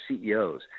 CEOs